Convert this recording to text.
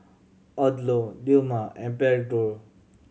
Odlo Dilmah and Pedro